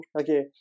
okay